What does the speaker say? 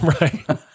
Right